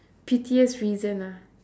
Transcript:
pettiest reason ah